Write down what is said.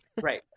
right